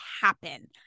happen